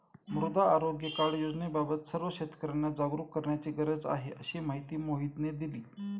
मृदा आरोग्य कार्ड योजनेबाबत सर्व शेतकर्यांना जागरूक करण्याची गरज आहे, अशी माहिती मोहितने दिली